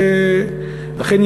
ואכן,